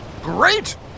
Great